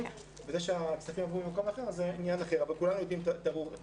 וזה שהכספים עברו למקום אחר זה עניין אחר אבל כולנו יודעים את הרוח.